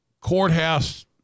courthouse